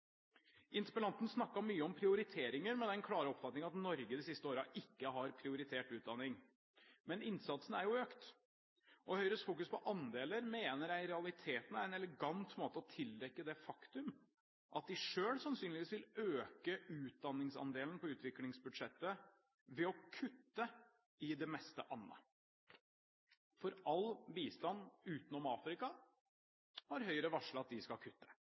Interpellanten snakket mye om prioriteringer med den klare oppfatning at Norge de siste årene ikke har prioritert utdanning. Men innsatsen er jo økt. Høyres fokus på andeler mener jeg i realiteten er en elegant måte å tildekke det faktum at de selv sannsynligvis vil øke utdanningsandelen på utviklingsbudsjettet ved å kutte i det meste annet. For all bistand utenom Afrika har Høyre varslet at de skal kutte